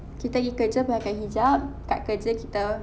kita pergi kerja pakai hijab tak kerja kita